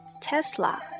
Tesla